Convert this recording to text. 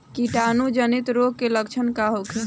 कीटाणु जनित रोग के लक्षण का होखे?